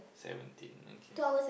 seventeen okay